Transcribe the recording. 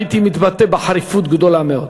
הייתי מתבטא בחריפות גדולה מאוד.